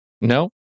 No